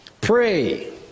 pray